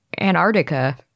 Antarctica